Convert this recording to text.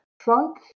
trunk